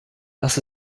das